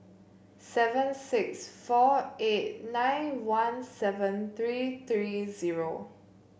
seven six four eight nine one seven three three zero